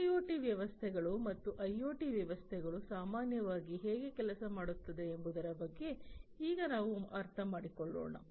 IIoT ವ್ಯವಸ್ಥೆಗಳು ಅಥವಾ IoT ವ್ಯವಸ್ಥೆಗಳು ಸಾಮಾನ್ಯವಾಗಿ ಹೇಗೆ ಕೆಲಸ ಮಾಡುತ್ತವೆ ಎಂಬುದರ ಬಗ್ಗೆ ಈಗ ನಾವು ಅರ್ಥಮಾಡಿಕೊಳ್ಳೋಣ